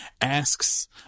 asks